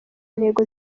ntego